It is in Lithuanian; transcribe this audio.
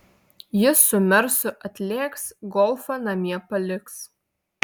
jis su mersu atlėks golfą namie paliks